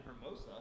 Hermosa